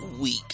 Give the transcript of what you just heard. week